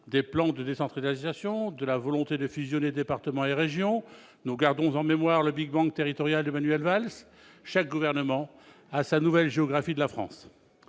des plans de décentralisation, de la volonté de fusionner département et région. Nous gardons en mémoire le territorial de Manuel Valls. Quel succès ça a été ! Chaque gouvernement a sa nouvelle géographie de la France.